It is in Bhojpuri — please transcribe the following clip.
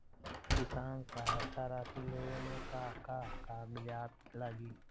किसान सहायता राशि लेवे में का का कागजात लागी?